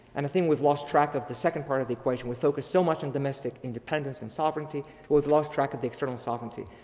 and the thing we've lost track of the second part of the equation, we focus so much on domestic independence and sovereignty, we've lost track of the external sovereignty.